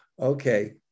okay